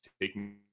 taking